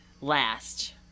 last